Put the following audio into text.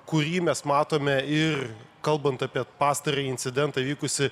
kurį mes matome ir kalbant apie pastarąjį incidentą įvykusį